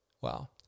Wow